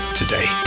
today